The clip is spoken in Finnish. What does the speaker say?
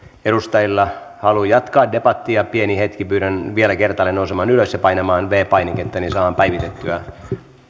edustajilla halu jatkaa debattia pieni hetki pyydän vielä kertaalleen nousemaan ylös ja painamaan viides painiketta niin saadaan päivitettyä